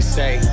say